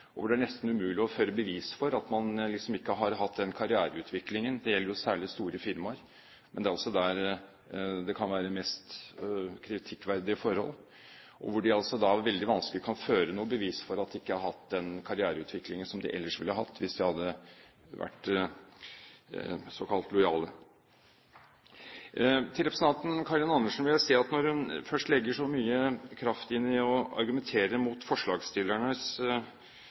raffinerte, og det er nesten umulig å føre bevis for at man ikke har hatt den karriereutviklingen – det gjelder særlig store firmaer, men det er også der det kan være mest kritikkverdige forhold – som man ville hatt hvis man hadde vært såkalt lojal. Til representanten Karin Andersen vil jeg si at når hun først legger så mye kraft inn i å argumentere mot